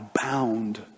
bound